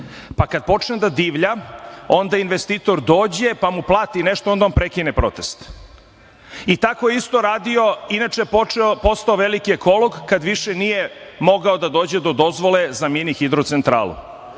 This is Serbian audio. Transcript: pa kada počne da divlja, onda investitor dođe, pa mu plati nešto i onda on prekine protest. Inače je postao veliki ekolog kada više nije mogao da dođe do dozvole za mini hidrocentralu